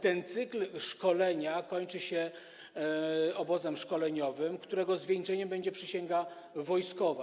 Ten cykl szkolenia kończy się obozem szkoleniowym, którego zwieńczeniem będzie przysięga wojskowa.